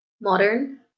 modern